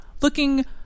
looking